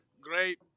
great